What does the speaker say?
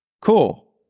cool